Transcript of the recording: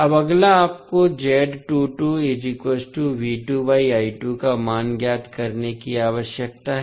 अब अगला आपको का मान ज्ञात करने की आवश्यकता है